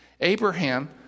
Abraham